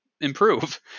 improve